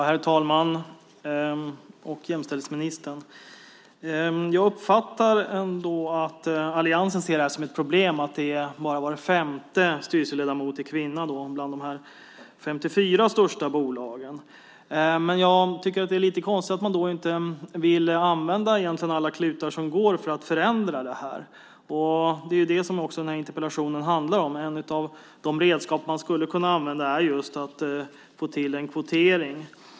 Herr talman! Jag uppfattar ändå att alliansen ser det som ett problem att bara var femte styrelseledamot är kvinna bland de 54 största bolagen. Men jag tycker att det är lite konstigt att man då inte vill använda alla klutar som går för att förändra detta. Det är det som interpellationen handlar om. Ett av de redskap man skulle kunna använda är just kvotering.